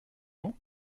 ans